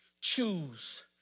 choose